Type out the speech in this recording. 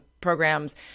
programs